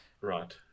Right